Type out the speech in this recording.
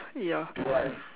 ya